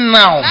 now